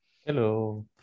hello